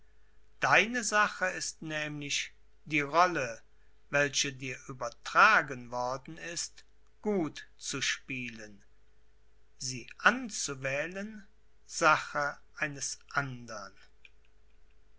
deine sache ist es nemlich die rolle welche dir übertragen worden ist gut zu spielen sie anzuwählen sache eines andern